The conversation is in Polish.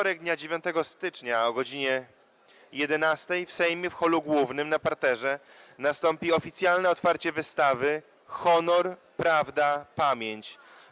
Dzisiaj, dnia 9 stycznia, o godz. 11 w Sejmie w holu głównym na parterze nastąpi oficjalne otwarcie wystawy „Honor - Prawda - Pamięć.